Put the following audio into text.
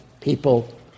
people